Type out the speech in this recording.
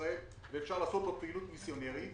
ישראל שאפשר לעשות בו פעילות מיסיונרית.